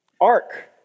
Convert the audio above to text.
ark